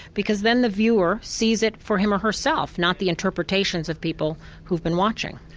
because then the viewer sees it for him or herself, not the interpretations of people who've been watching.